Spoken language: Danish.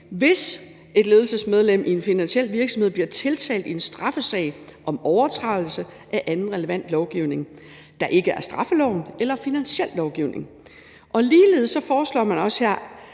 hvis et ledelsesmedlem i en finansiel virksomhed bliver tiltalt i en straffesag om overtrædelse af anden relevant lovgivning, der ikke er straffeloven eller finansiel lovgivning. Ligeledes foreslår man også her,